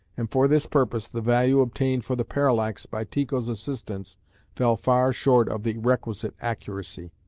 and for this purpose the value obtained for the parallax by tycho's assistants fell far short of the requisite accuracy.